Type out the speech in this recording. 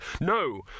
No